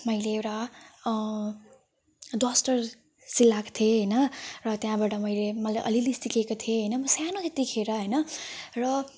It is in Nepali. मैले एउटा डस्टर सिलाएको थिएँ होइन र त्यहाँबाट मैले मलाई अलि अलि सिकेको थिएँ होइन म सानो त्यतिखेर होइन र